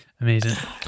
amazing